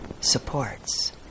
supports